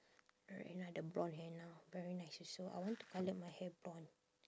red henna the brown henna very nice also I want to colour my hair blonde